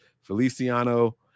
feliciano